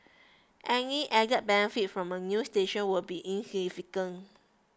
any added benefit from a new station will be insignificant